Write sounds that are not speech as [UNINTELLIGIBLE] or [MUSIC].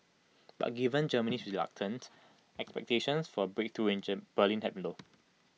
but given Germany's reluctance expectations for A breakthrough in [UNINTELLIGIBLE] Berlin had been low [NOISE]